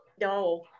no